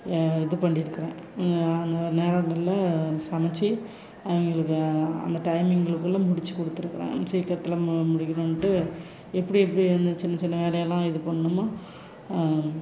இது பண்ணிருக்குறேன் அந்த நேரங்களில் சமைச்சி அவங்களுக்கு அந்த டைமிங்களுக்குள்ளே முடித்து கொடுத்துருக்குறேன் சீக்கிரத்தில் முடிக்கணும்ன்ட்டு எப்படி எப்படி இந்த சின்ன சின்ன வேலையெல்லாம் இது பண்ணணுமோ